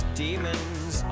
demons